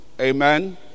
amen